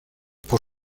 por